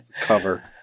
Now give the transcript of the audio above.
Cover